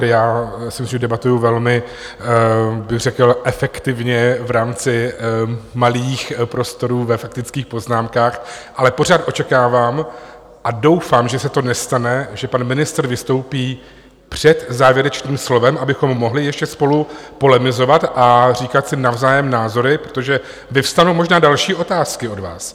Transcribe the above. Já si myslím, že debatuji velmi řekl bych efektivně v rámci malých prostorů ve faktických poznámkách, ale pořád očekávám a doufám, že se to nestane, že pan ministr vystoupí před závěrečným slovem, abychom mohli ještě spolu polemizovat a říkat si navzájem názory, protože vyvstanou možná další otázky od vás.